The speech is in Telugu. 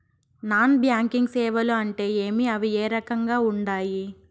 నాన్ బ్యాంకింగ్ సేవలు అంటే ఏమి అవి ఏ రకంగా ఉండాయి